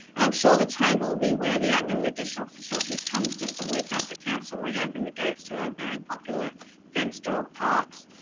am sure the chamber will be aware that the opening of additional facilities comes just a week after council reopened the gates to our very popular fenced dog parks.